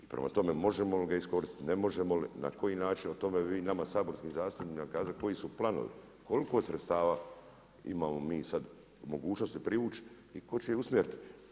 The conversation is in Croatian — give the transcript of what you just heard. I prema tome, možemo li ga iskoristiti, ne možemo li, na koji način, o tome vi nama saborskim zastupnicima kazati koji su planovi, koliko sredstava imamo mi sad mogućnosti privući i tko će ih usmjeriti.